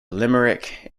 limerick